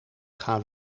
gaan